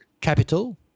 capital